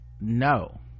no